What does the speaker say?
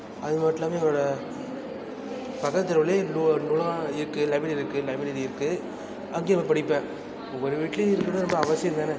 அது மட்டும் இல்லாமல் என்னோடய பக்கத்து ரோலே இன்னொரு நூலகம் இருக்குது லைப்ரரி இருக்குது லைப்ரரி இருக்குது அங்கேயும் போய் படிப்பேன் ஒவ்வொரு வீட்லையும் இருக்கிறது ரொம்ப அவசியம் தானே